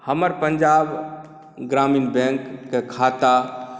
हमर पंजाब ग्रामीण बैंकके खाता